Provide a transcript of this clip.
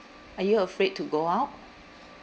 are you afraid to go out